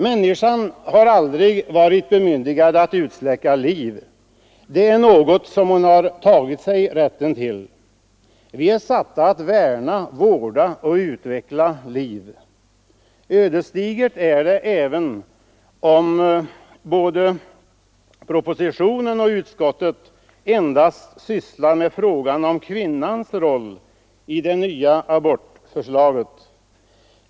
Människan har aldrig varit bemyndigad att utsläcka liv — det är något som hon har tagit sig rätten till. Vi är satta att värna, vårda och utveckla liv. Ödesdigert är det även att både propositionen och utskottsbetänkandet endast tar upp frågan om kvinnans roll i det nya abortförslaget.